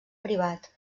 privat